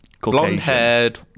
blonde-haired